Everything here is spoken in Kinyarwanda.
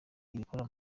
ubikora